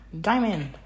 Diamond